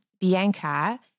Bianca